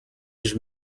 już